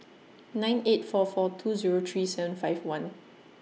nine eight four four two Zero three seven five one